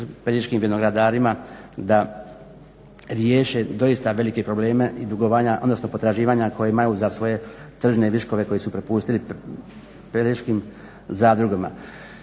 pelješkim vinogradima da riješe doista velike probleme i dugovanja, odnosno potraživanja koja imaju za svoje tržne viškove koje su prepustili pelješkim zadrugama.